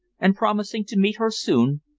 and promising to meet her soon,